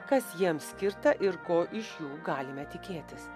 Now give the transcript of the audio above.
kas jiems skirta ir ko iš jų galime tikėtis